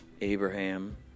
Abraham